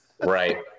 Right